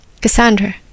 Cassandra